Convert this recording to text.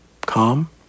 calm